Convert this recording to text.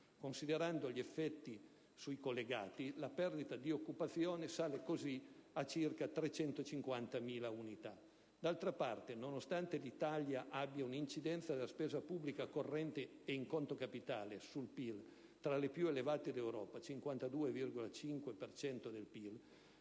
considerando anche gli effetti sui collegati, la perdita di occupazione sale così a circa 350.000 unità. D'altra parte, nonostante l'Italia abbia un'incidenza della spesa pubblica corrente e in conto capitale sul PIL tra le più elevate d'Europa (52,5 per